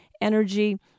energy